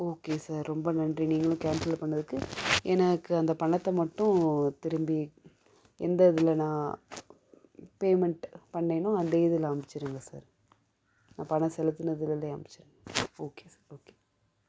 okay sir ரொம்ப நன்றி நீங்களும் கேன்சல் பண்ணறதுக்கு எனக்கு அந்த பணத்தை மட்டும் திரும்பி எந்த இதுலன்னா பேமெண்ட் பண்ணென்ன அந்த இதில் அனுப்ச்சிடுங்க சார் நான் பணம் செலுத்துனதுலருந்தே அனுப்ச்சிடுங்க ஓகே சார் ஓகே